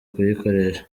kuyikoresha